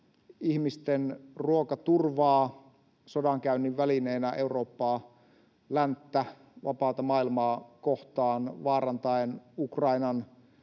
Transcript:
ihmisten ruokaturvaa sodankäynnin välineenä Eurooppaa, länttä, vapaata maailmaa, kohtaan vaarantaen Ukrainan